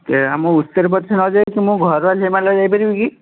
ଆମ ଉତ୍ତରପ୍ରଦେଶ ନ ଯାଇକି ମୋ ଘର ଲୋକ ହିମାଳୟ ଯାଇପାରିବେ କି